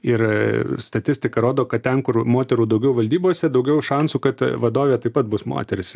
ir statistika rodo kad ten kur moterų daugiau valdybose daugiau šansų kad vadovė taip pat bus moteris